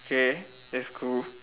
K that's cool